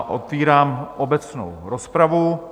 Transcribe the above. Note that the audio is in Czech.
Otvírám obecnou rozpravu.